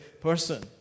person